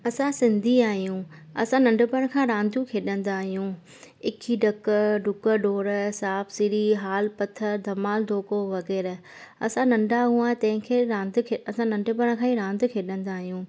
असां सिंधी आहियूं असां नंढपण खां रांदियूं खेॾंदा आहियूं इटी ॾकर डुक डौड़ सांप सिड़ी हाल पथ धमाल डोको वग़ैरह असां नंढा हुआ तंहिंखे रांदि असां नंढपण खां ई रांदि खेॾंदा आहियूं